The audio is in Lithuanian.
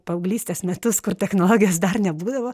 paauglystės metus kur technologijos dar nebūdavo